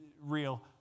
real